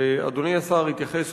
אדוני השר התייחס,